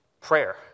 prayer